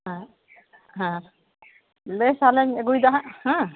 ᱦᱮᱸ ᱦᱮᱸ ᱵᱮᱥ ᱛᱟᱦᱚᱞᱮᱧ ᱟᱹᱜᱩᱭ ᱫᱟ ᱦᱟᱸᱜ ᱦᱮᱸ